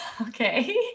Okay